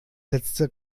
setzte